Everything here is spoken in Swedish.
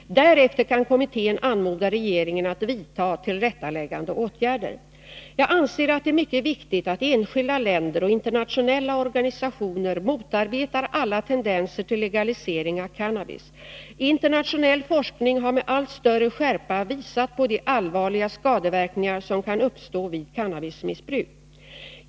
Därefter kan-kommittén anmoda regeringen att vidta tillrättaläggande åtgärder. Jag anser att det är mycker viktigt att enskilda länder och internationella 118 organisationer motarbeta; alla tendenser till legalisering av cannabis. Internationell forskning har med allt större skärpa visat på de allvarliga skadeverkningar som kan uppstå vid cannabismissbruk.